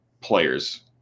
players